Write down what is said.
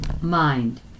mind